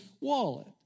wallet